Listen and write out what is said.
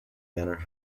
manor